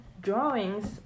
drawings